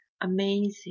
amazing